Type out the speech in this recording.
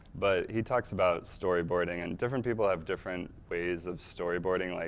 but, he talks about story boarding and different people have different ways of story boarding, like